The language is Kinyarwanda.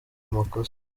makosa